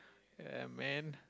ya man